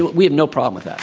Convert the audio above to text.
we have no problem with